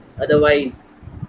Otherwise